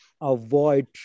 avoid